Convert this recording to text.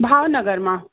भाव नगर मां